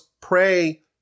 pray